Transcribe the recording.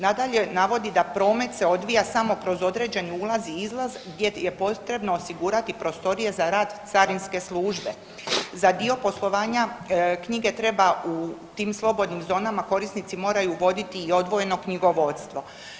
Nadalje navodi da promet se odvija samo kroz određen ulaz i izlaz gdje je potrebno osigurati prostorije za rad carinske službe, za dio poslovanja knjige treba u tim slobodnim zonama korisnici moraju voditi i odvojeno knjigovodstvo.